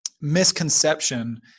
misconception